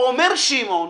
אומר שמעון: